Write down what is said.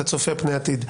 את הצופה פני עתיד.